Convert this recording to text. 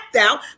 out